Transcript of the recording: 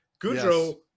Goudreau